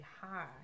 high